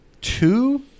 two